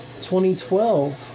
2012